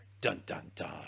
Dun-dun-dun